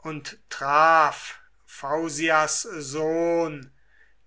und traf phausias sohn